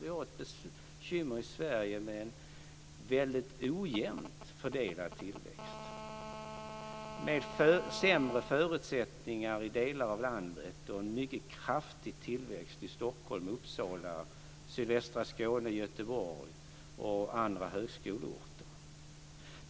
Vi har i stället bekymmer med en väldigt ojämnt fördelad tillväxt med sämre förutsättningar i delar av landet och en mycket kraftig tillväxt i Stockholm, Uppsala, sydvästra Skåne, Göteborg och andra högskoleorter.